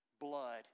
blood